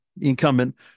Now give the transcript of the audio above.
incumbent